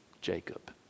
Jacob